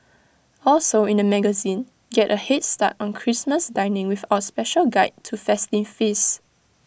also in the magazine get A Head start on Christmas dining with our special guide to festive feasts